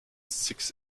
six